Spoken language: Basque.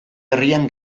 herrian